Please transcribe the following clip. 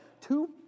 two